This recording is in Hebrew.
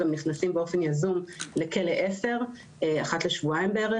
גם נכנסים באופן יזום לכלא 10 אחת לשבועיים בערך,